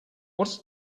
what